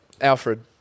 Alfred